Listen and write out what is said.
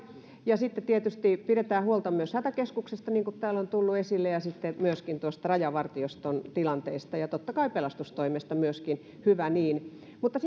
sitten tietysti pidetään huolta myös hätäkeskuksesta niin kuin täällä on tullut esille ja sitten myöskin tuosta rajavartioston tilanteesta ja totta kai pelastustoimesta myöskin hyvä niin mutta